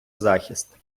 захист